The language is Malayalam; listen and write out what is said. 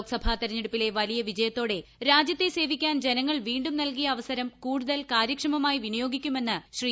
ലോക്സഭാ തെരഞ്ഞെടുപ്പിലെ വലിയ വിജയത്തോടെ രാജ്യത്തെ സേവിക്കാൻ ജനങ്ങൾ വീണ്ടും നൽകിയ അവസരം കൂടുതൽ കാര്യക്ഷ്മമായി വിനിയോഗിക്കുമെന്ന് ശ്രീ